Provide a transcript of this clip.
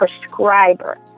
prescriber